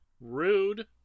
Rude